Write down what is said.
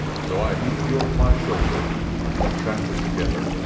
so i heaved you over my shoulder and we tramped it together.